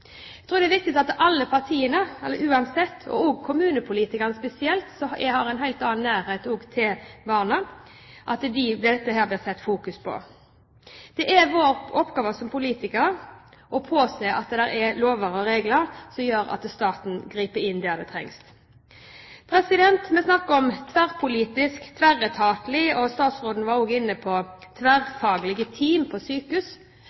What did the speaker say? Jeg tror det er viktig at alle partiene uansett – og kommunepolitikerne spesielt som har en helt annen nærhet til barna – fokuserer på dette. Det er vår oppgave som politikere å påse at det er lover og regler som gjør at staten kan gripe inn der det trengs. Vi snakker om tverrpolitisk, tverretatlig, og statsråden var også inne på tverrfaglige team på sykehus.